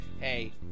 hey